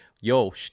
Yo